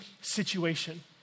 situation